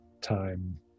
time